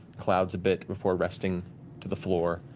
clouds a bit, before resting to the floor.